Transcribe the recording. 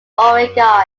oregon